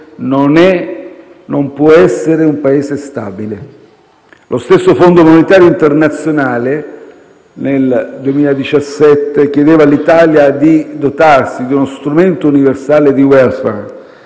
non può essere stabile. Lo stesso Fondo monetario internazionale nel 2017 chiedeva all'Italia di dotarsi di uno strumento universale di *welfare*